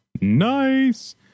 Nice